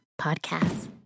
Podcasts